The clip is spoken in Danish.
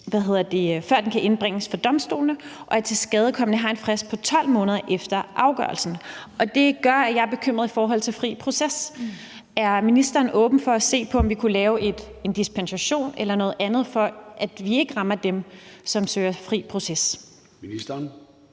før sagen kan indbringes for domstolene, og at tilskadekomne har en frist på 12 måneder efter afgørelsen, og det gør, at jeg er bekymret i forhold til fri proces. Er ministeren åben for at se på, om vi kunne lave en dispensation eller noget andet, for at vi ikke rammer dem, der søger fri proces?